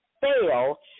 fail